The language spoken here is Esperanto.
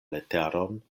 leteron